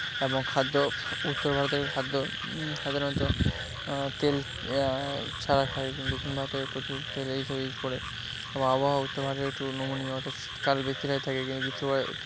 এবং খাদ্য উত্তর ভারতের খাদ্য সাধারণত তেল ছাড়া খায় কিন্তু দক্ষিণ ভারতে প্রচুর তেলে এসব ইউজ করে আবার আবহাওয়াও উত্তর ভারতে একটু নমনীয় অর্থাৎ শীতকাল বেশিরভাগ থাকে কিন্তু উত্তর ভারতে